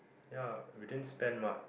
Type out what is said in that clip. ya we didn't spend much